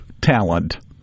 talent